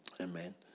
amen